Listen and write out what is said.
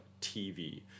TV